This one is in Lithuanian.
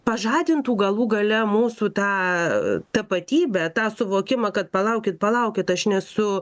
pažadintų galų gale mūsų tą tapatybę tą suvokimą kad palaukit palaukit aš nesu